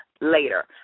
later